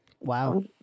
Wow